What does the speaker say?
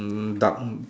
hmm dark